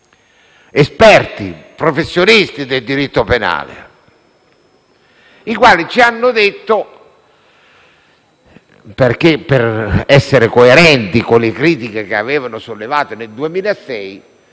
esperti e professionisti del diritto penale, i quali, per essere coerenti con le critiche che avevano sollevato nel 2006,